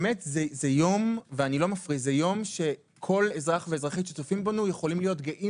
זה יום שכל אזרח ואזרחית שצופים בנו יכולים להיות גאים